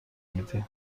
میدی